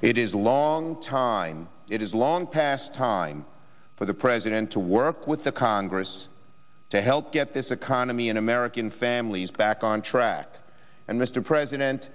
it is a long time it is long past time for the president to work with the congress to help get this economy and american families back on track and mr president